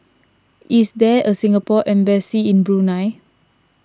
is there a Singapore Embassy in Brunei